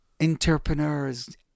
Entrepreneurs